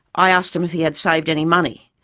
i asked him if he had saved any money.